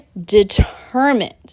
determined